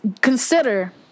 consider